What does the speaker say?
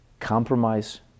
compromise